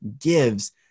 gives